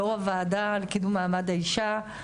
יו"ר הוועדה על קידום מעמד האישה,